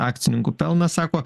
akcininkų pelnuose sako